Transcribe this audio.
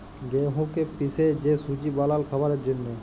গেঁহুকে পিসে যে সুজি বালাল খাবারের জ্যনহে